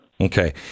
Okay